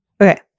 Okay